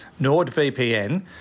NordVPN